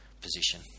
position